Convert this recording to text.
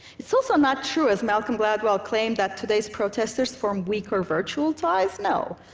it's also not true, as malcolm gladwell claimed, that today's protesters form weaker virtual ties. no,